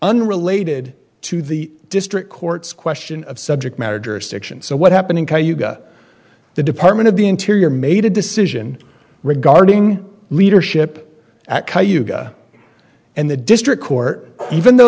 unrelated to the district courts question of subject matter jurisdiction so what happened in ca you got the department of the interior made a decision regarding leadership and the district court even though